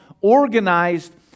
organized